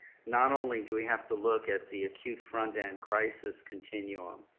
not only do we have to look at the acute front end crisis continuum,